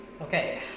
Okay